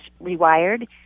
rewired